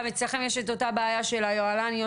אצלכם יש את אותה בעיה של היוהל"ניות,